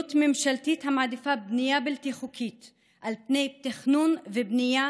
מדיניות ממשלתית המעדיפה בנייה בלתי חוקית על פני תכנון ובנייה